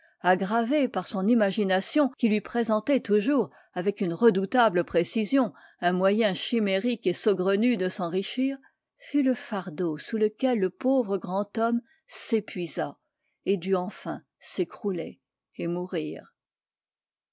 aggravée par son imagination qui lui présentait toujours avec une redoutable précision un moyen chimérique et saugrenu de s'enrichir fut le fardeau sous lequel le pauvre grand homme s'épuisa et dut enfin s'écrouler et mourir